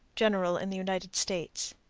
general in the united states.